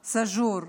סאג'ור,